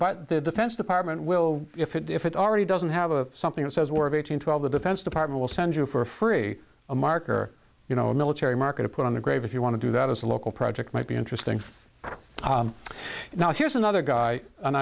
and the defense department will if it if it already doesn't have a something that says war of eighteen twelve the defense department will send you for free a marker you know a military market to put on the grave if you want to do that as a local project might be interesting now here's another guy